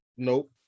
nope